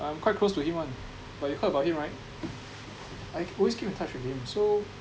I'm quite close to him [one] but you heard about him right I always keep in touch with him so